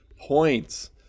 points